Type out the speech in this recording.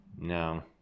no